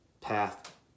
path